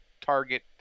target